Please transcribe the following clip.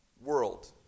world